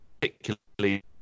particularly